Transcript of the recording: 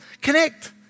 connect